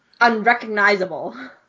unrecognizable